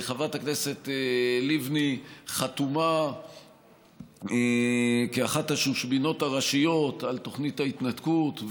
חברת הכנסת לבני חתומה כאחת השושבינות הראשיות על תוכנית ההתנתקות,